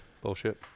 Bullshit